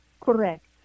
Correct